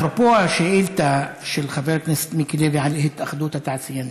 אפרופו השאילתה של חבר הכנסת מיקי לוי על התאחדות התעשיינים,